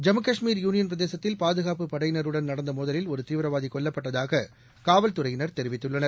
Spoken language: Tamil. ஜம்மு காஷ்மீர் யூனியன் பிரதேசத்தில் பாதுகாப்புப் படையினருடன் நடந்த மோதலில் ஒரு தீவிரவாதி கொல்லப்பட்டதாக காவல்துறையினர் தெரிவித்துள்ளனர்